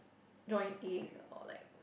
joint ache or like